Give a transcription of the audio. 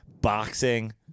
Boxing